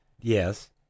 Yes